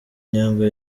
nyungwe